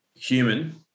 human